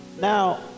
Now